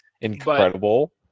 Incredible